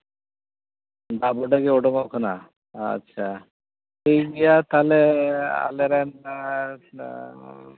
ᱫᱟᱜ ᱵᱚᱰᱮᱜᱮ ᱩᱰᱩᱠᱚᱜ ᱠᱟᱱᱟ ᱟᱪᱪᱷᱟ ᱴᱷᱤᱠ ᱜᱮᱭᱟ ᱛᱟᱦᱚᱞᱮ ᱟᱞᱮ ᱨᱮᱱ